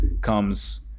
comes